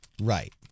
Right